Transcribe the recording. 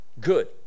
good